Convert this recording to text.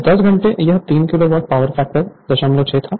तो10 घंटे यह 3 kilowatt power factor 06 था